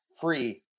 free